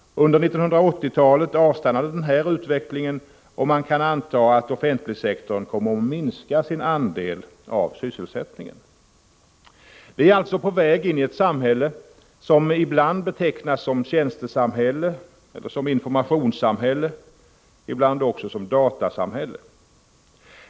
Under 1980-talet avstannade denna utveckling, och man kan anta att offentligsektorn kommer att minska sin andel av sysselsättningen. Vi är alltså på väg in i ett samhälle som ibland betecknas som ett tjänstesamhälle, ibland som ett informationssamhälle, ibland också som ett datasamhälle.